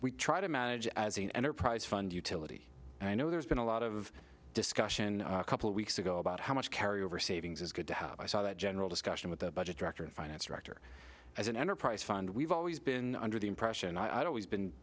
we try to manage as an enterprise fund utility and i know there's been a lot of discussion a couple of weeks ago about how much carryover savings is good to have i saw that general discussion with the budget director and finance director as an enterprise fund we've always been under the impression i